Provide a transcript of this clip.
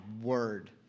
word